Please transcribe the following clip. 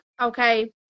okay